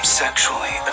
sexually